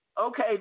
okay